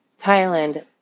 Thailand